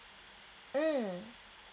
mm